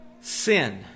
sin